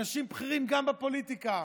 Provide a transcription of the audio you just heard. אנשים בכירים גם בפוליטיקה.